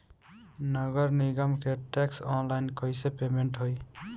नगर निगम के टैक्स ऑनलाइन कईसे पेमेंट होई?